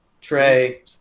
Trey